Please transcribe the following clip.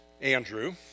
Andrew